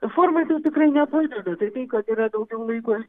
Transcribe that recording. formai tai tikrai nepadeda tai tai kad yra daugiau laiko